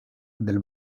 del